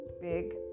big